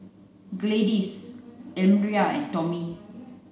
Gladis and Tommie